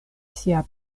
sia